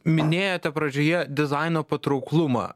minėjote pradžioje dizaino patrauklumą